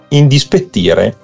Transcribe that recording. indispettire